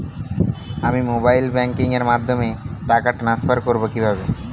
আমি mobile banking এর মাধ্যমে টাকা টান্সফার করব কিভাবে?